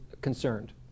concerned